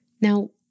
Now